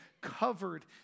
covered